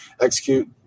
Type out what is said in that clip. execute